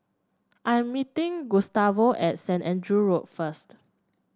I'm meeting Gustavo at Saint Andrew Road first